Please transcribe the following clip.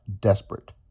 desperate